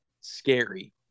scary